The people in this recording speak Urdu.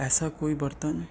ایسا کوئی برتن